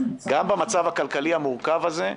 גם במצב הכלכלי המורכב הזה,